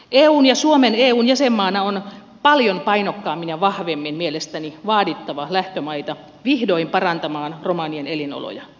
eun ja suomen eun jäsenmaana on mielestäni paljon painokkaammin ja vahvemmin vaadittava lähtömaita vihdoin parantamaan romanien elinoloja